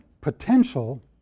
potential